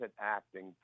acting